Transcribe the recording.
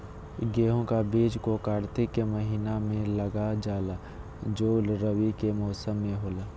गेहूं का बीज को कार्तिक के महीना में लगा जाला जो रवि के मौसम में होला